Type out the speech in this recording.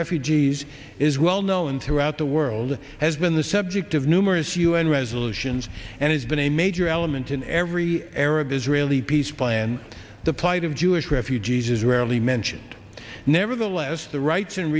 refugees is well known throughout the world has been the subject of numerous un resolutions and has been a major element in every arab israeli peace plan the plight of jewish refugees is rarely mentioned nevertheless the rights and